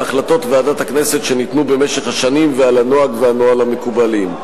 החלטות ועדת הכנסת שניתנו במשך השנים ועל הנוהג והנוהל המקובלים.